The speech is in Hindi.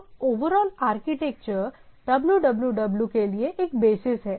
तो ओवरऑल आर्किटेक्चर www के लिए एक बेसिस है